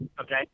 okay